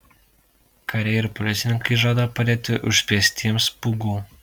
kariai ir policininkai žada padėti užspeistiems pūgų